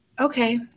Okay